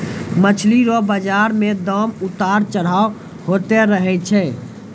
मछली रो बाजार मे दाम उतार चढ़ाव होते रहै छै